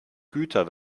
güter